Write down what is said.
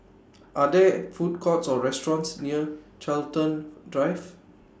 Are There Food Courts Or restaurants near Chiltern Drive